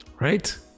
right